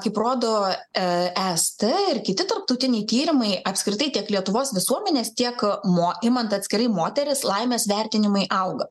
kaip rodo es t ir kiti tarptautiniai tyrimai apskritai tiek lietuvos visuomenės tiek mo imant atskirai moterys laimės vertinimai auga